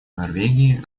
норвегии